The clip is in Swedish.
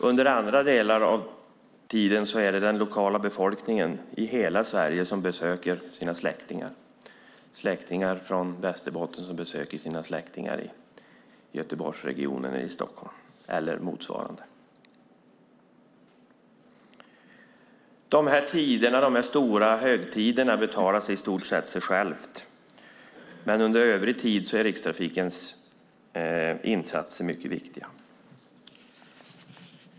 Under andra delar av året är det befolkningen i hela Sverige som besöker sina släktingar. Släktingar från Västerbotten besöker sina släktingar i Göteborgsregionen eller i Stockholm eller tvärtom. Under de här stora högtiderna betalar sig trafiken i stort själv, men under övrig tid är Rikstrafikens insatser mycket viktiga.